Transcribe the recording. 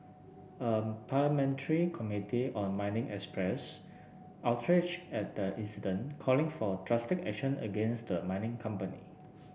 a parliamentary committee on mining expressed outrage at the incident calling for drastic action against the mining company